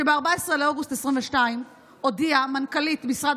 שב-14 באוגוסט 2022 הודיעה מנכ"לית משרד